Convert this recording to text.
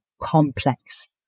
complex